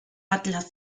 atlas